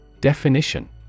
Definition